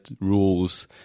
rules